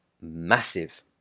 massive